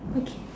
okay